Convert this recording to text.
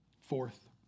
Fourth